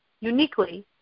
uniquely